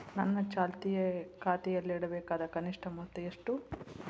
ನನ್ನ ಚಾಲ್ತಿ ಖಾತೆಯಲ್ಲಿಡಬೇಕಾದ ಕನಿಷ್ಟ ಮೊತ್ತ ಎಷ್ಟು?